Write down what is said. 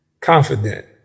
confident